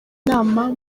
inama